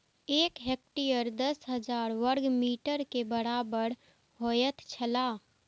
एक हेक्टेयर दस हजार वर्ग मीटर के बराबर होयत छला